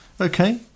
Okay